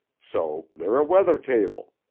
so they're a weather table.